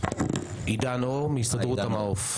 עידן אור, מהסתדרות המעו"ף.